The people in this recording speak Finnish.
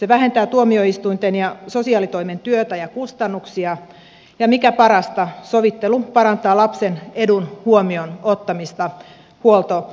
se vähentää tuomioistuinten ja sosiaalitoimen työtä ja kustannuksia ja mikä parasta sovittelu parantaa lapsen edun huomioon ottamista huoltoriidoissa